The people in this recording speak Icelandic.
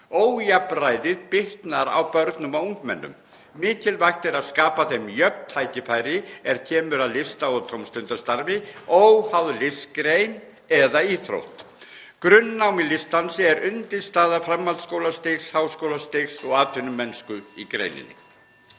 Ójafnræðið bitnar á börnum og ungmennum. Mikilvægt er að skapa þeim jöfn tækifæri er kemur að lista- og tómstundastarfi óháð listgrein eða íþrótt. Grunnnám í listdansi er undirstaða framhaldsskólastigs, háskólastigs og atvinnumennsku í greininni.